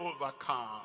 overcome